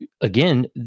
again